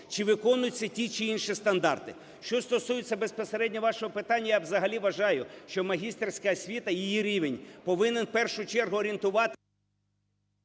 чи виконуються ті чи інші стандарти. Що стосується безпосередньо вашого питання, я взагалі вважаю, що магістерська освіта, її рівень, повинен в першу чергу орієнтуватися…